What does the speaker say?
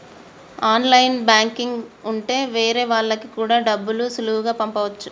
online banking ఉంటె వేరే వాళ్ళకి కూడా డబ్బులు సులువుగా పంపచ్చు